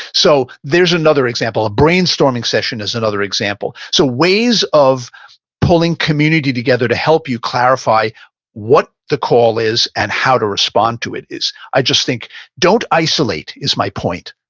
so there's another example. a brainstorming session as another example. so ways of pulling community together to help you clarify what the call is and how to respond to it is, i just think don't isolate, is my point.